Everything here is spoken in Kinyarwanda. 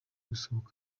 gusohora